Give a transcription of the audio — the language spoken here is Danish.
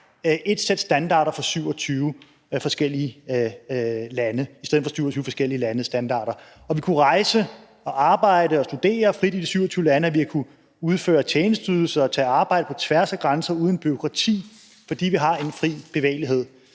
ét sæt standarder for 27 forskellige lande i stedet for 27 forskellige landes standarder. Vi har kunnet rejse, arbejde og studere frit i de 27 lande, og vi har kunnet udføre tjenesteydelser og tage arbejde på tværs af grænser uden bureaukrati, fordi vi har en fri bevægelighed.